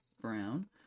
Brown